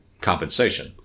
compensation